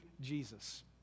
Jesus